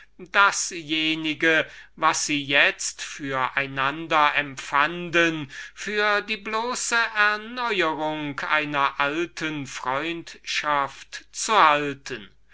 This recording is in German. dasjenige was sie itzt für einander empfanden für die bloße erneuerung einer alten freundschaft zu halten